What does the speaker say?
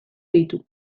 ditu